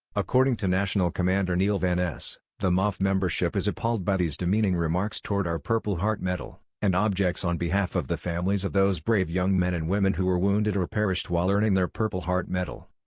according to national commander neil van ess, the moph membership is appalled by these demeaning remarks toward our purple heart medal, and objects on behalf of the families of those brave young men and women who were wounded or perished while earning their purple heart medal.